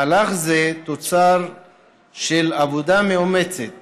מהלך זה הוא תוצר של עבודה מאומצת